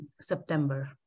September